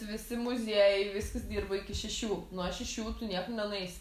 visi muziejai viskas dirba iki šešių nuo šešių tu niekur nenueisi